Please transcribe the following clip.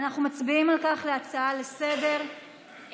מצביעים על כך להצעה לסדר-היום,